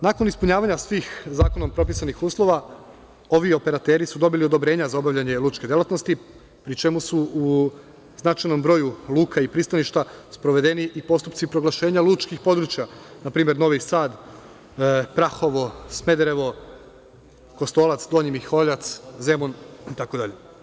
Nakon ispunjavanja svih zakonom propisanih uslova ovi operateri su dobili odobrenja za obavljanje lučke delatnosti pri čemu su u značajnom broju luke i pristaništa sprovedeni postupci proglašenja lučkih područja, npr. Novi Sad, Prahovo, Smederevo, Kostolac, Donji Miholjac, Zemun itd.